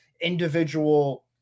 individual